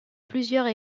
plusieurs